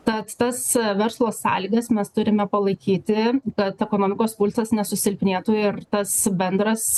tad tas verslo sąlygas mes turime palaikyti kad ekonomikos pulsas nesusilpnėtų ir tas bendras